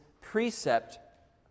precept